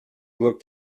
looked